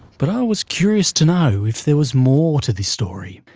but i was curious to know if there was more to this story,